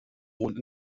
wohnt